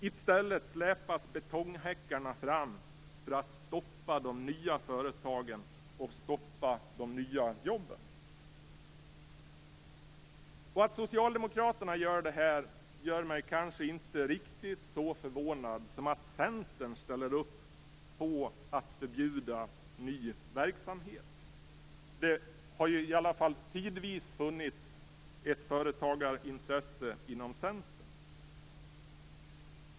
I stället släpas betonghäckarna fram för att stoppa de nya företagen och stoppa de nya jobben. Att socialdemokraterna gör det här gör mig kanske inte riktigt så förvånad som att Centern ställer upp på att förbjuda ny verksamhet. Det har ju i alla fall tidvis funnits ett företagarintresse inom Centern.